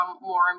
more